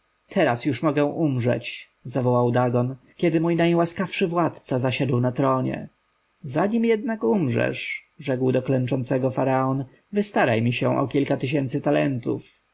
teraz już mogę umrzeć zawołał dagon kiedy mój najłaskawszy władca zasiadł na tronie zanim jednak umrzesz rzekł do klęczącego faraon wystaraj mi się o kilka tysięcy talentów